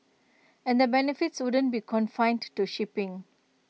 and the benefits wouldn't be confined to shipping